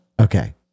Okay